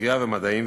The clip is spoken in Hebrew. קריאה ומדעים,